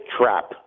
Trap